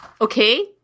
Okay